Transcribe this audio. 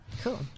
Cool